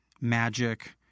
magic